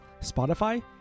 Spotify